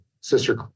sister